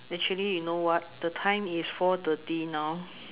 actually you know what the time is four thirty now